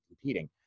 competing